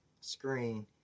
screen